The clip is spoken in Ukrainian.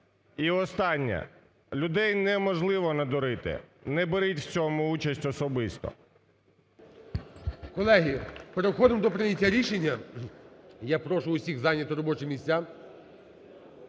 І останнє. Людей не можливо надурити, не беріть в цьому участь особисто. ГОЛОВУЮЧИЙ. Колеги, переходимо до прийняття рішення. Я прошу всіх зайняти робочі місця.